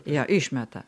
jo išmeta